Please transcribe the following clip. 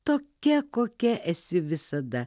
tokia kokia esi visada